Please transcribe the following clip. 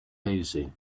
hazy